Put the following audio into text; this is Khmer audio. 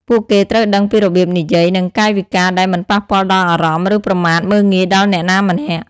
ពួកគេត្រូវដឹងពីរបៀបនិយាយ និងកាយវិការដែលមិនប៉ះពាល់ដល់អារម្មណ៍ ឬប្រមាថមើលងាយដល់អ្នកណាម្នាក់។